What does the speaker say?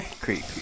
Creep